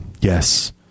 Yes